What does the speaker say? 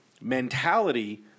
mentality